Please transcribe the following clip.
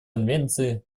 конвенции